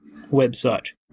website